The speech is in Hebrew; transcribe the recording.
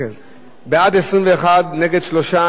בעד, 21, נגד, 3, אין נמנעים.